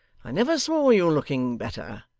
i never saw you looking better.